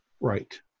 Right